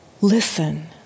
listen